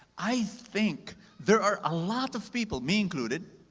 i think there are a lot of people, me included,